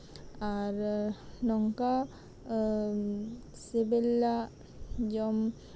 ᱟᱨ ᱱᱚᱝᱠᱟ ᱥᱤᱵᱤᱞᱟᱜ ᱡᱚᱢ